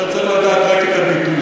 אתה צריך לדעת רק את הביטוי.